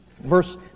verse